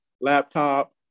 laptop